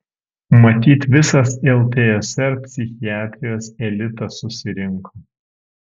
matyt visas ltsr psichiatrijos elitas susirinko